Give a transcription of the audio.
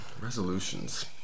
Resolutions